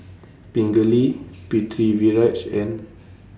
Pingali Pritiviraj and